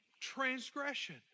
transgression